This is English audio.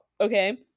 okay